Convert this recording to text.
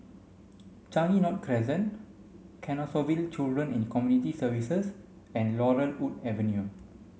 Changi North Crescent Canossaville Children and Community Services and Laurel Wood Avenue